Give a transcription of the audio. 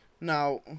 Now